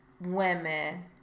women